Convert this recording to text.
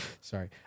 Sorry